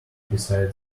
beside